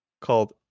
called